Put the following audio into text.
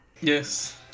yes